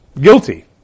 guilty